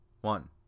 one